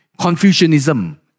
Confucianism